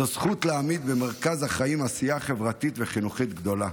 זו זכות להעמיד במרכז החיים עשייה חברתית וחינוכית גדולה.